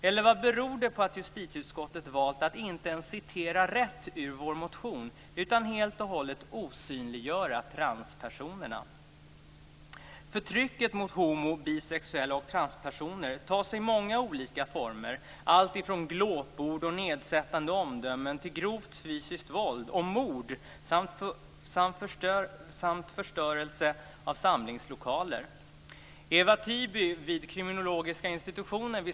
Eller vad beror det på att justitieutskottet valt att inte ens citera rätt ur vår motion, utan helt och hållet osynliggöra transpersonerna? Förtrycket mot homo och bisexuella och transpersoner tar sig många olika former, alltifrån glåpord och nedsättande omdömen till grovt fysiskt våld och mord samt förstörelse av samlingslokaler.